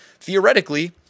theoretically